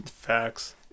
Facts